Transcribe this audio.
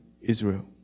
Israel